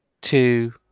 two